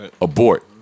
abort